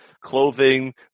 clothing